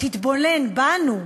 תתבונן בנו,